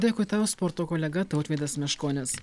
dėkui tau sporto kolega tautvydas meškonis